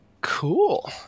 Cool